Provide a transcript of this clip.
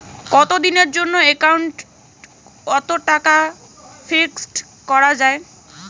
কতদিনের জন্যে একাউন্ট ওত টাকা ফিক্সড করা যায়?